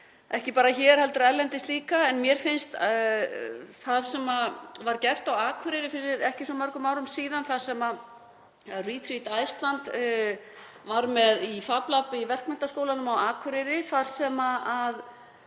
ekki bara hér heldur erlendis líka. Mér finnst það sem var gert á Akureyri fyrir ekki svo mörgum árum síðan þar sem Restart Iceland var með í FabLab í Verkmenntaskólanum á Akureyri, þar sem